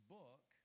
book